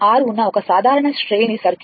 ఉన్న ఒక సాధారణ శ్రేణి సిరీస్ సర్క్యూట్ ఉంది